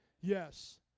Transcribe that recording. Yes